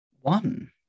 One